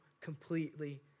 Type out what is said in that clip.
completely